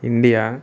India